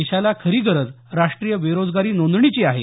देशाला खरी गरज राष्ट्रीय बेरोजगारी नोंदणीची आहे